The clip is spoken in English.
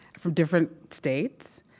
from different states,